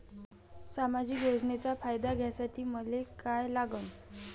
सामाजिक योजनेचा फायदा घ्यासाठी मले काय लागन?